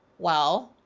well,